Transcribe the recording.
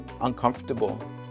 uncomfortable